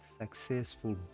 successful